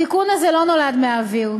התיקון הזה לא נולד מהאוויר.